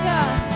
God